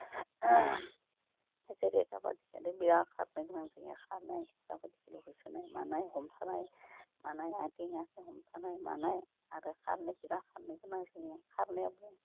जेरै काबादि गेलेनाय बिराथ खारनो गोनां जायो खारनाय गिदिराव होसोनाय मानाय हमथानाय मानाय आथें आखाइ हमथानाय मानाय आरो खारनो बिरात खारनो गोनां जायो खारनायाबो